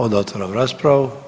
Onda otvaram raspravu.